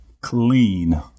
Clean